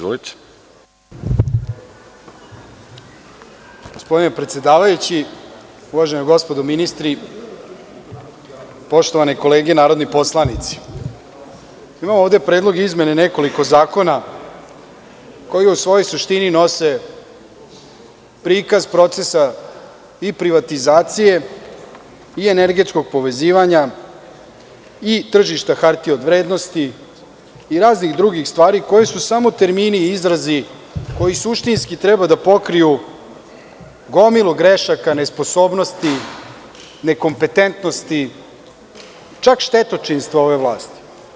Gospodine predsedavajući, uvažena gospodo ministri, poštovane kolege narodni poslanici, imamo ovde predlog izmene nekoliko zakona koji u svojoj suštini nose prikaz procesa i privatizacije i energetskog povezivanja i tržišta hartija od vrednosti i raznih drugih stvari koje su samo termini i izrazi koji suštinski treba da pokriju gomilu grešaka, nesposobnosti, nekompetentnosti, čak štetočinstva ove vlasti.